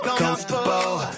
comfortable